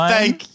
Thank